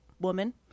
Woman